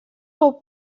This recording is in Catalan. fou